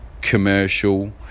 commercial